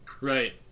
Right